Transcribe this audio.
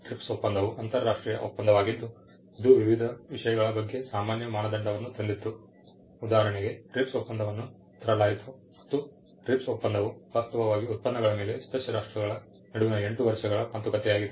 TRIPS ಒಪ್ಪಂದವು ಅಂತರರಾಷ್ಟ್ರೀಯ ಒಪ್ಪಂದವಾಗಿದ್ದು ಇದು ವಿವಿಧ ವಿಷಯಗಳ ಬಗ್ಗೆ ಸಾಮಾನ್ಯ ಮಾನದಂಡವನ್ನು ತಂದಿತು ಉದಾಹರಣೆಗೆ TRIPS ಒಪ್ಪಂದವನ್ನು ತರಲಾಯಿತು ಮತ್ತು TRIPS ಒಪ್ಪಂದವು ವಾಸ್ತವವಾಗಿ ಉತ್ಪನ್ನಗಳ ಮೇಲೆ ಸದಸ್ಯ ರಾಷ್ಟ್ರಗಳ ನಡುವಿನ 8 ವರ್ಷಗಳ ಮಾತುಕತೆಯಾಗಿದೆ